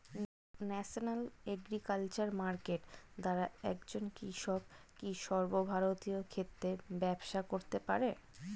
National agriculture market দ্বারা একজন কৃষক কি সর্বভারতীয় ক্ষেত্রে ব্যবসা করতে পারে?